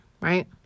right